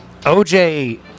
oj